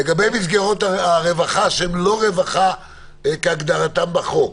לגבי מסגרות הרווחה שהן לא רווחה כהגדרתן בחוק,